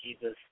Jesus